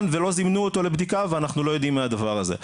ולא זימנו אותו לבדיקה ואנחנו לא יודעים מהדבר הזה.